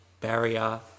barrier